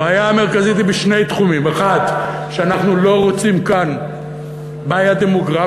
הבעיה המרכזית היא בשני תחומים: 1. שאנחנו לא רוצים כאן בעיה "דמוגרפית",